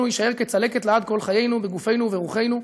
יישאר כצלקת לעד כל חיינו בגופנו וברוחנו,